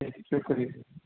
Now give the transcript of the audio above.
شکریہ